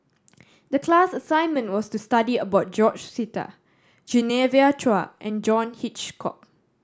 the class assignment was to study about George Sita Genevieve Chua and John Hitchcock